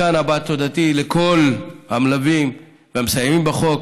כאן הבעת תודתי לכל המלווים והמסייעים בחוק.